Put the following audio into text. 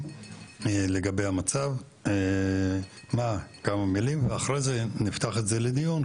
לגבי המצב ואחרי זה נפתח את זה לדיון.